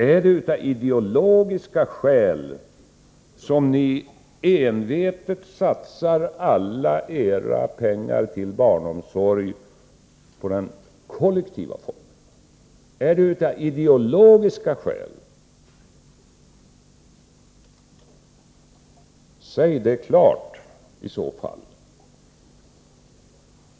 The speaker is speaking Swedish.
Är det av ideologiska skäl som ni envetet satsar alla era pengar till barnomsorgen i den kollektiva formen? Säg det klart i så fall!